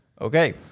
Okay